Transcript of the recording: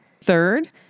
Third